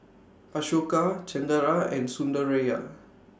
Ashoka Chengara and Sundaraiah